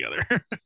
together